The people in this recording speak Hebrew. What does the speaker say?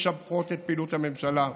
כולן משבחות את פעילות הממשלה שעזרה.